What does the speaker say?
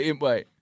Wait